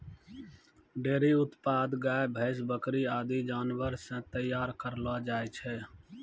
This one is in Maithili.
डेयरी उत्पाद गाय, भैंस, बकरी आदि जानवर सें तैयार करलो जाय छै